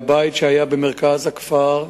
הבית שהיה במרכז הכפר,